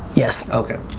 yes. okay.